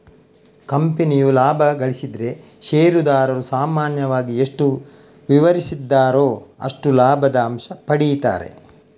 ಕಂಪನಿಯು ಲಾಭ ಗಳಿಸಿದ್ರೆ ಷೇರುದಾರರು ಸಾಮಾನ್ಯವಾಗಿ ಎಷ್ಟು ವಿವರಿಸಿದ್ದಾರೋ ಅಷ್ಟು ಲಾಭದ ಅಂಶ ಪಡೀತಾರೆ